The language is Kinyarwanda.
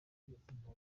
ubutegetsi